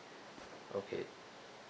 okay